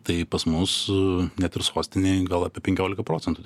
tai pas mus net ir sostinėj gal apie penkiolika procentų